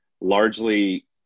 largely